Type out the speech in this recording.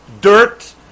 Dirt